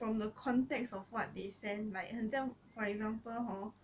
from the context of what they send like 很像 for example hor